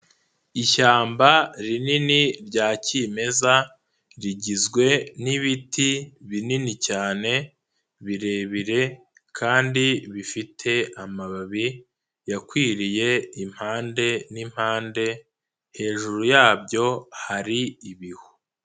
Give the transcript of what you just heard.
Ishyamba rinini rya kimeza, rigizwe n'ibiti binini cyane birebire kandi bifite amababi yakwiriye impande n'impande, hejuru yabyo hari ibihu.